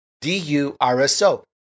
D-U-R-S-O